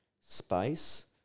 space